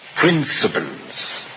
principles